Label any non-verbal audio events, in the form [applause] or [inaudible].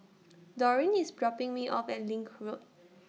[noise] Dorine IS dropping Me off At LINK Road [noise]